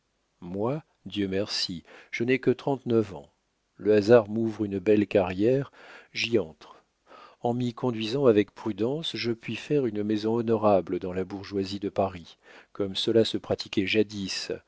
moi dieu merci je n'ai que trente-neuf ans le hasard m'ouvre une belle carrière j'y entre en m'y conduisant avec prudence je puis faire une maison honorable dans la bourgeoisie de paris comme cela se pratiquait jadis